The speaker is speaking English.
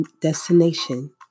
destination